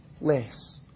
less